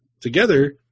Together